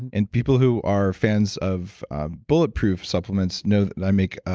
and people who are fans of bulletproof supplements know that i make